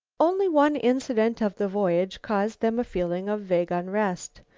only one incident of the voyage caused them a feeling of vague unrest.